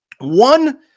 One